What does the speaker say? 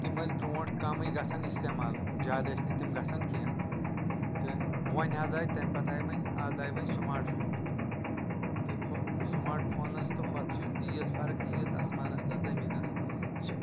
تِم ٲسۍ برٛونٛٹھ کمٕے گژھان استعمال زیادٕ ٲسۍ نہٕ تِم گژھان کینٛہہ تہٕ وۄنۍ حظ آیہِ تمہِ پتہٕ آیۍ وۄنۍ آز ایہِ وۄںۍ سمارٹ فون تہٕ ہُہ سمارٹ فونس تہٕ ہوٚتھ چھِ تیٖژھ فرق یٖژھ اسمانس تہٕ زٔمیٖنس چھِ